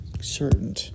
Certain